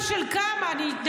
רשימה של כמה לפחות,